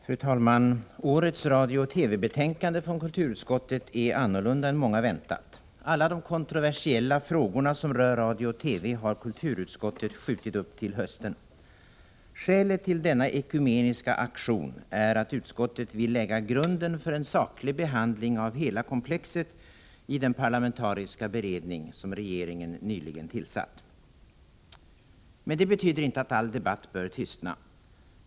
Fru talman! Årets radiooch TV-betänkande från kulturutskottet är annorlunda än många väntat. Alla de kontroversiella frågorna som rör radio och TV har kulturutskottet skjutit upp till hösten. Skälet till denna ekumeniska aktion är att utskottet vill lägga grunden för en saklig behandling av hela komplexet i den parlamentariska beredning som regeringen nyligen tillsatt. Men det betyder inte att all debatt bör tystna.